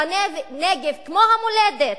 שהנגב, כמו המולדת,